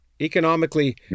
economically